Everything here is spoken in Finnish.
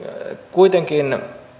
kuitenkin